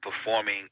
performing